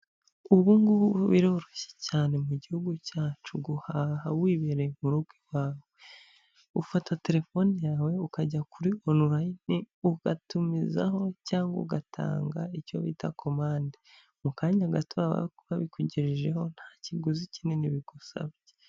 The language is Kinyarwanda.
Ubu ngubu biroroshye cyane mu gihugu cyacu wibereye mu rugo iwawe, ufata telefone yawe ukajya kuri onurayine ugatumizaho cyangwa ugatanga icyo bita komande mu kanya gato baba babikugejejeho nta kiguzi kinini bigusabye.